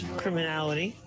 criminality